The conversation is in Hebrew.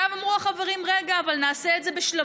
עכשיו, אמרו החברים: רגע, אבל נעשה את זה בשלבים,